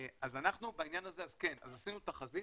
אז בדבר הזה עשינו תחזית,